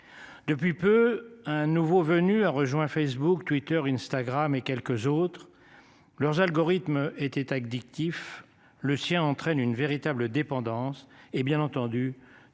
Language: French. Depuis peu un nouveau venu a rejoint, Facebook, Twitter, Instagram et quelques autres. Leurs algorithmes était addictif le sien entraîne une véritable dépendance et bien entendu,